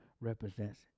represents